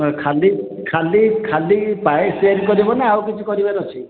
ମାନେ ଖାଲି ଖାଲି ଖାଲି ପାୟେସ୍ ତିଆରି କରିବନା ଆଉ କିଛି କରିବାର ଅଛି